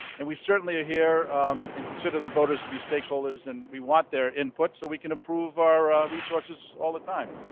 and we certainly are here and consider the boaters to be stakeholders and we want their input so we can improve our ah resources all the time,